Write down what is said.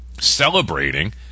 celebrating